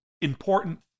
important